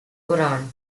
quran